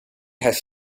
has